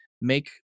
make